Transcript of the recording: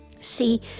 See